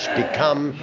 become